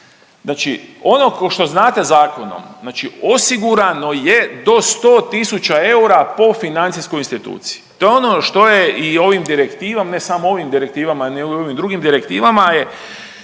Znači ono košto znate zakonom, znači osigurano je do 100 tisuća eura po financijskoj instituciji. To je ono što je i ovim direktivama, ne samo ovim direktivama nego i ovim drugim direktivama, je